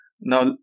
Now